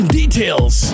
details